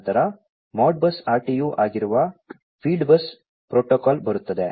ನಂತರ Modbus RTU ಆಗಿರುವ field bus protocol ಬರುತ್ತದೆ